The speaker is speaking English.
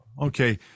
Okay